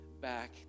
back